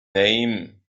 name